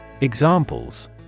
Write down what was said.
Examples